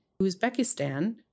Uzbekistan